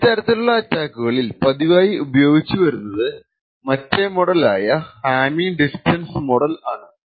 ഈ തരത്തിലുള്ള അറ്റാക്കുകളിൽ പതിവായി ഉപയോഗിച്ച് വരുന്നത് മറ്റേ മോഡൽ ആയ ഹാമ്മിങ് ഡിസ്റ്റൻസ് മോഡലും ആണ്